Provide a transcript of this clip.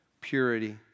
purity